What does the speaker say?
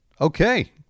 Okay